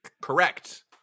Correct